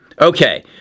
Okay